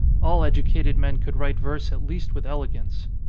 all educated men could write verse at least with elegance.